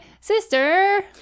sister